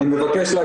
בבקשה.